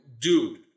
dude